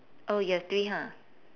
oh you have three ha